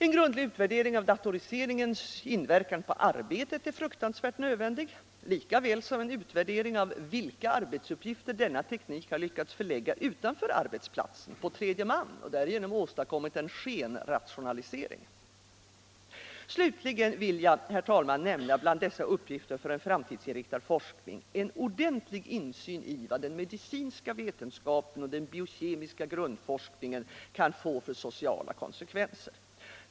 En grundlig utvärdering av datoriseringens inverkan på arbetet är fruktansvärt nödvändig, lika väl som en utvärdering av vilka arbetsuppgifter denna teknik har lyckats förlägga utanför arbetsplatsen, på tredje man, och därmed åstadkomma en skenrationalisering. Slutligen vill jag nu nämna, bland dessa uppgifter för en framtidsinriktad forskning, vad en ordentlig insyn i den medicinska vetenskapen och den biokemiska grundforskningen kan få för sociala konsekvenser.